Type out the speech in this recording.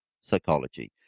psychology